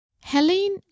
Helene